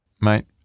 Mate